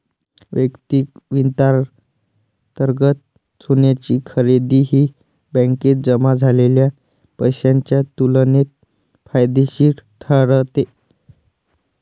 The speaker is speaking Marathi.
वैयक्तिक वित्तांतर्गत सोन्याची खरेदी ही बँकेत जमा झालेल्या पैशाच्या तुलनेत फायदेशीर ठरते